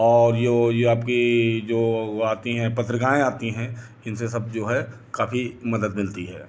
और यो ये आपके जो वो आती हैं पत्रिकाएं आती हैं इनसे सब जो है काफ़ी मदद मिलती है